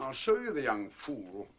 i'll show you the young fool